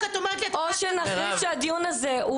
או שתכריזי שהדיון הזה --- גם כשאומרים לך